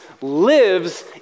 lives